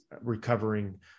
recovering